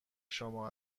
شما